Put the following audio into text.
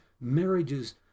marriages